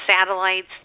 satellites